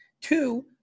Two